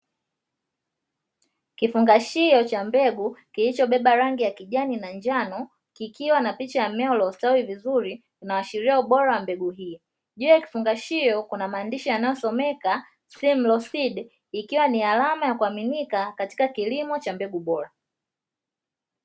Kifungashio cha mbegu kilichobeba rangi ya kijani na njano kikiwa na picha ya mmea ulio stawi vizuri unaashiria ubora wa mbegu hii. Juu ya kifungashio kuna maandishi yanayosomeka 'simlo seed' ikiwa ni alama ya kuaminika katika kilimo cha mbegu bora.